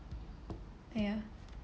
ya